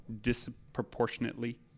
disproportionately